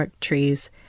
trees